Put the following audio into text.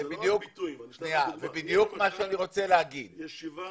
זה בדיוק מה שאני רוצה להגיד --- לא,